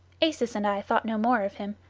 acis and i thought no more of him,